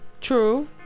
True